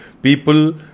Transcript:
People